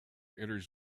enters